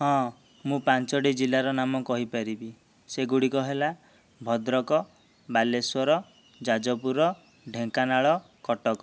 ହଁ ମୁଁ ପାଞ୍ଚଟି ଜିଲ୍ଲାର ନାମ କହିପାରିବି ସେଗୁଡ଼ିକ ହେଲା ଭଦ୍ରକ ବାଲେଶ୍ୱର ଯାଜପୁର ଢେଙ୍କାନାଳ କଟକ